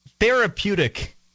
therapeutic